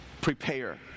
Prepare